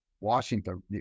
washington